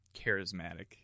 charismatic